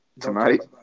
Tonight